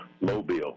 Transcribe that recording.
Mobile